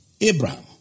Abraham